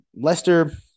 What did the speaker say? Lester